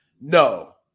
No